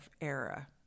era